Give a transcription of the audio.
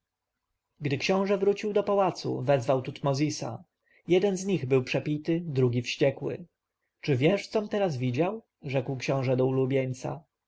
książę wrócił do pałacu wezwał tutmozisa jeden z nich był przepity drugi wściekły czy wiesz com teraz widział rzekł książę do